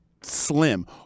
slim